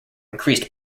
increased